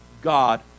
God